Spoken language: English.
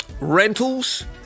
Rentals